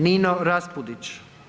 Nino Raspudić.